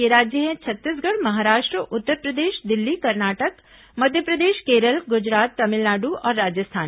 ये राज्य हैं छत्तीसगढ़ महाराष्ट्र उत्तरप्रदेश दिल्ली कर्नाटक मध्यप्रदेश केरल गुजरात तमिलनाडु और राजस्थान